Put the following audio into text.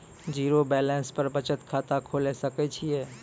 Zero balance पर बचत खाता खोले सकय छियै?